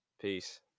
Peace